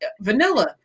vanilla